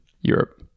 Europe